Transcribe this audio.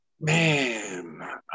Man